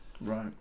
Right